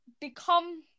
become